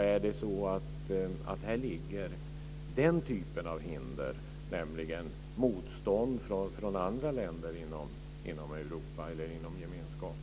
Är det så att det finns hinder i form av motstånd från andra länder inom gemenskapen?